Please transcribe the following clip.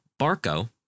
Barco